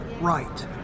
Right